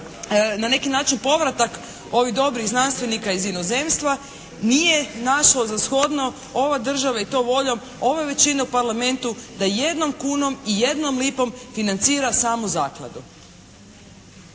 na neki način povratak ovih dobrih znanstvenika iz inozemstva nije našlo za shodno ove države i to voljom ove većine u Parlamentu da jednom kunom i jednom lipom financira samu zakladu.